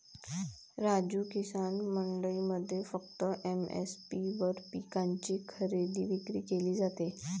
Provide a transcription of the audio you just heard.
राजू, किसान मंडईमध्ये फक्त एम.एस.पी वर पिकांची खरेदी विक्री केली जाते